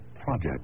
project